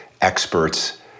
experts